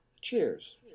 Cheers